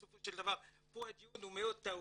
בסופו של דבר פה הדיון מאוד טעון,